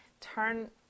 turn